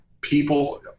people